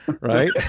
right